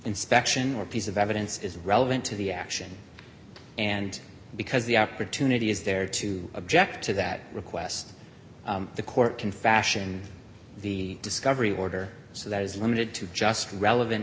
inspection or piece of evidence is relevant to the action and because the opportunity is there to object to that request the court can fashion the discovery order so that is limited to just relevant